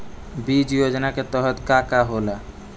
बीज योजना के तहत का का होला?